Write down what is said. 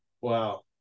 Wow